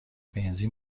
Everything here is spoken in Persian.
بنزین